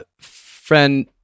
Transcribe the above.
friend